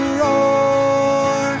roar